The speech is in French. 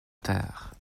terre